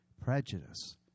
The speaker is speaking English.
prejudice